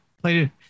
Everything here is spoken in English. played